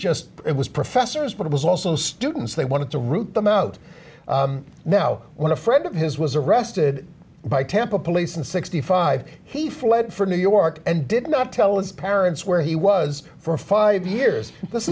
just it was professors but it was also stu since they wanted to root them out now when a friend of his was arrested by tampa police in sixty five he fled for new york and did not tell his parents where he was for five years this